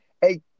Hey